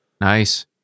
Nice